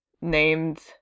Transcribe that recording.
named